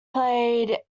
played